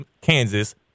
Kansas